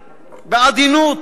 בעדינות,